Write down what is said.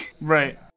Right